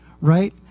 right